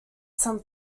some